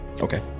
Okay